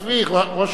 אדוני ראש